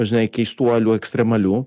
žinai keistuoliu ekstremaliu